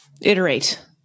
Iterate